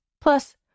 Plus